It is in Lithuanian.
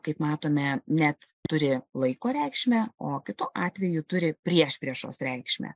kaip matome net turi laiko reikšmę o kitu atveju turi priešpriešos reikšmę